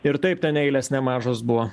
ir taip ten eilės nemažos buvo